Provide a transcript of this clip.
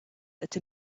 that